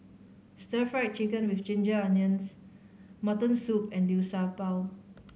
Stir Fried Chicken With Ginger Onions mutton soup and Liu Sha Bao